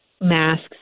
masks